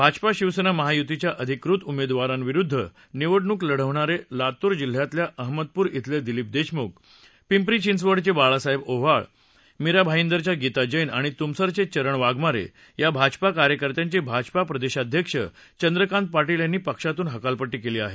भाजपा शिवसेना महायुतीच्या अधिकृत उमेदवारांविरुद्ध निवडणुक लढवणारे लातूर जिल्ह्यातल्या अहमदपूर इथले दिलीप देशमुख पिंपरी चिंचवडचे बाळासाहेब ओव्हाळ मीरा भाईदरच्या गीता जैन आणि तुमसरचे चरण वाघमारे या भाजपा कार्यकर्त्यांची भाजपा प्रदेशाध्यक्ष चंद्रकांत पाटील यांनी पक्षातून हकालपट्टी केली आहे